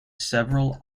several